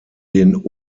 den